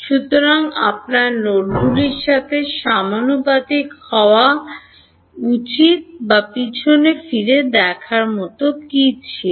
সুতরাং আপনার নোডগুলির সাথে সমানুপাতিক হওয়া উচিত তা পিছনে ফিরে দেখার মতো কী ছিল